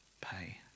pay